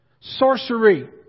sorcery